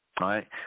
right